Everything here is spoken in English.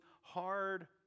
hard